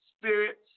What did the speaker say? spirits